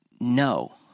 No